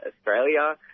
Australia